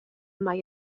mae